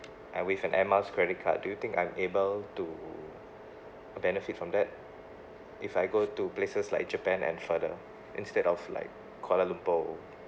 and with an air miles credit card do you think I'm able to benefit from that if I go to places like japan and further instead of like kuala lumpur